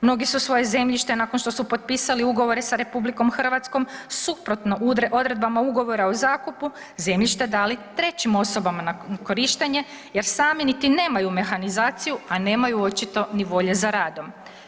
Mnogi su svoje zemljište nakon što su potpisali ugovore sa RH suprotno odredbama ugovora o zakupu zemljište dali trećim osobama na korištenje jer sami niti nemaju mehanizaciju, a nemaju očito ni volje za radom.